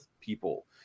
people